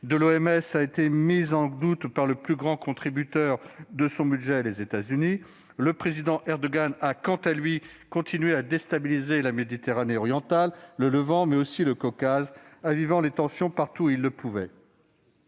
de l'OMS a été mise en doute par les États-Unis, plus grands contributeurs de son budget. Le président Erdogan, quant à lui, a continué à déstabiliser la Méditerranée orientale et le Levant, mais aussi le Caucase, avivant les tensions partout où il le pouvait.